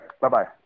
bye-bye